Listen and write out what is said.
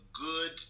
good